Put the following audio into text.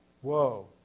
whoa